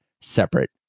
separate